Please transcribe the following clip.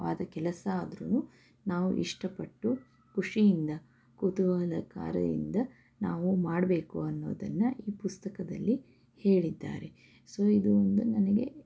ಆದ ಕೆಲಸ ಆದ್ರೂ ನಾವು ಇಷ್ಟಪಟ್ಟು ಖುಷಿಯಿಂದ ಕುತೂಹಲಕಾರದಿಂದ ನಾವು ಮಾಡಬೇಕು ಅನ್ನೋದನ್ನು ಈ ಪುಸ್ತಕದಲ್ಲಿ ಹೇಳಿದ್ದಾರೆ ಸೊ ಇದು ಒಂದು ನನಗೆ